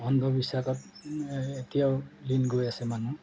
অন্ধবিশ্বাসত এতিয়াও লীণ গৈ আছে মানুহ